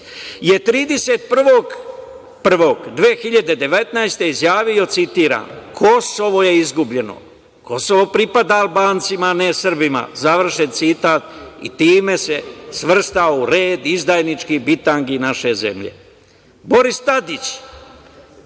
je 31. 1. 2019. godine izjavio, citiram: "Kosovo je izgubljeno, Kosovo pripada Albancima a ne Srbima", završen citat i time se svrstao u red izdajničkih bitangi naše zemlje. Boris Tadić,